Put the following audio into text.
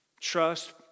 Trust